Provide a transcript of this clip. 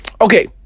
Okay